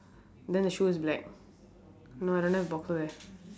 then the shoe is black no I don't have boxes eh